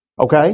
Okay